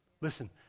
Listen